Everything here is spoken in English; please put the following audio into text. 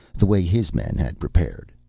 the way his men had prepared,